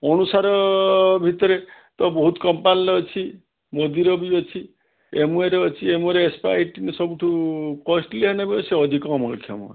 ଅଣୁସାର ଭିତରେ ତ ବହୁତ କମ୍ପାନୀର ଅଛି ମୋଦିର ବି ଅଛି ଆମୱେର ଅଛି ଆମୱେର ଏପସା ଏଇଟିନ୍ ସବୁଠୁ କଷ୍ଟଲି ହେଲେ ବି ସେ ଅଧିକ ଅମଳକ୍ଷମ